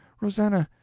rosannah,